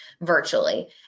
virtually